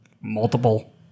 Multiple